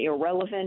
irrelevant